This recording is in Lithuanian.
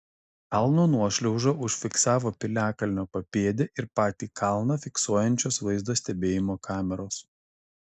kalno nuošliaužą užfiksavo piliakalnio papėdę ir patį kalną fiksuojančios vaizdo stebėjimo kameros